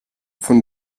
von